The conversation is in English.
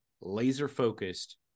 laser-focused